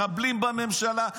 מחבלים בממשלה,